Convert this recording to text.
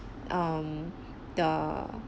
um the